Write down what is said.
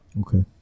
Okay